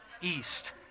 East